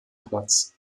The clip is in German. platz